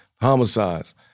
homicides